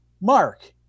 Mark